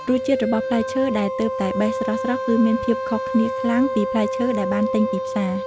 រសជាតិរបស់ផ្លែឈើដែលទើបតែបេះស្រស់ៗគឺមានភាពខុសគ្នាខ្លាំងពីផ្លែឈើដែលបានទិញពីផ្សារ។